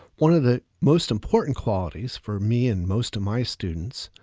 one of the most important qualities, for me and most of my students,